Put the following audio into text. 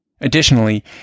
Additionally